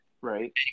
right